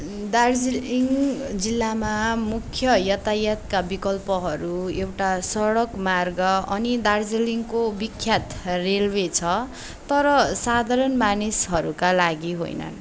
दार्जिलिङ जिल्लामा मुख्य यातायातका विकल्पहरू एउटा सडक मार्ग अनि दार्जिलिङको विख्यात रेलवे छ तर साधारण मानिसहरूका लागि होइनन्